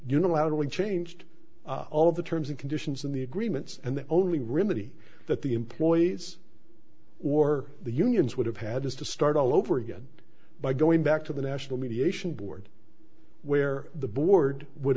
unilaterally changed all of the terms and conditions in the agreements and the only remedy that the employees or the unions would have had is to start all over again by going back to the national mediation board where the board would